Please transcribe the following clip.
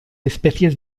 especies